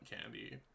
candy